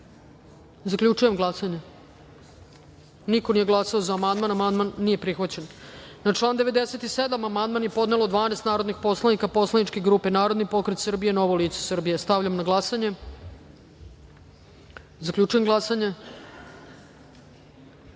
amandman. Zaključujem glasanje: niko nije glasao za amandman. Amandman nije prihvaćen. Na član 97. amandman je podnelo 12 narodnih poslanika poslaničke grupe Narodni pokret Srbije – Novo lice Srbije. Stavljam na glasanje ovaj amandman. Zaključujem glasanje: